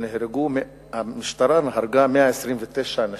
והמשטרה הרגה 129 נשים.